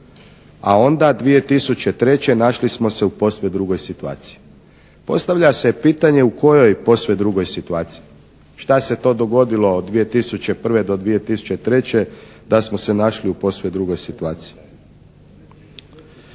a onda 2003. našli smo se u posve drugoj situaciji. Postavlja se pitanje u kojoj posve drugoj situaciji. Šta se to dogodilo od 2001. do 2003. da smo se našli u posve drugoj situaciji.